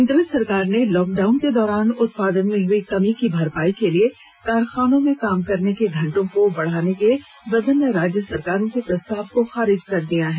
केन्द्र सरकार ने लॉकडाउन के दौरान उत्पादन में हई कमी की भरपाई के लिए कारखानों में काम करने के घंटों को बढ़ाने के विभिन्न राज्य सरकारों के प्रस्ताव को खारिज कर दिया है